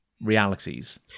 realities